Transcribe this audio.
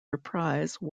reprise